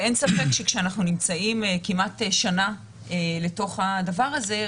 אין ספק שכשאנחנו נמצאים כמעט שנה לתוך הדבר הזה,